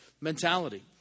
mentality